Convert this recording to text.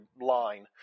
line